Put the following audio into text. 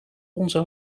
onze